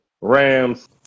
Rams